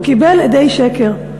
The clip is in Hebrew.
הוא קיבל עדי שקר.